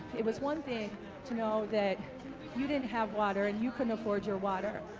it is one thing to know that you didn't have water and you couldn't afford your water,